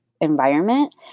environment